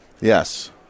Yes